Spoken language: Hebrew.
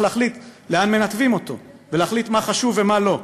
להחליט לאן מנתבים אותו ולהחליט מה חשוב ומה לא.